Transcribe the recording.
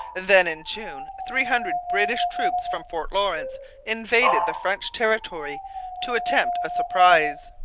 then in june three hundred british troops from fort lawrence invaded the french territory to attempt a surprise.